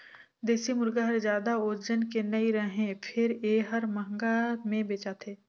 देसी मुरगा हर जादा ओजन के नइ रहें फेर ए हर महंगा में बेचाथे